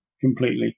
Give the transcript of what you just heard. completely